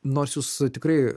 nors jūs tikrai